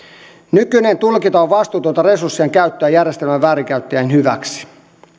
nykyinen tulkinta on vastuutonta resurssien käyttöä järjestelmän väärinkäyttäjien hyväksi